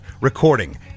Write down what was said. recording